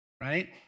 Right